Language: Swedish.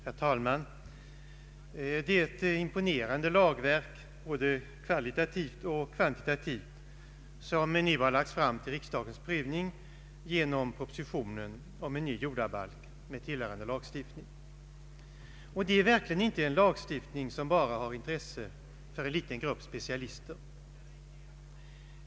Herr talman! Det är ett imponerande lagverk, båda kvalitativt och kvantitativt, som nu har lagts fram för riksdagens prövning genom propositionen om en ny jordabalk med tillhörande lagstiftning. Och det är verkligen inte en lagstiftning som bara har intresse för en liten grupp specialister.